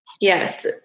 Yes